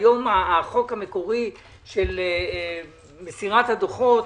היום החוק המקורי של מסירת הדוחות